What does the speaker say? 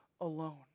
alone